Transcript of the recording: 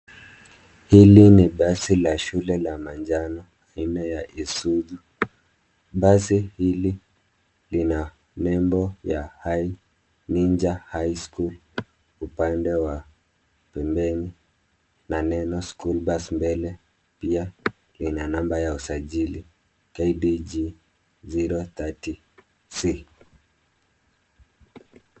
Hili ni basi la shule la manjano aina ya Isuzu. Basi hili lina nembo ya Ninja high school upande wa pembeni na neno school bus mbele. Pia, kina namba ya usajili KDG 030C.